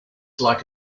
like